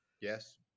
Yes